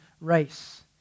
race